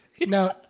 Now